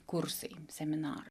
kursai seminarai